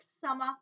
Summer